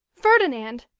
ferdinand!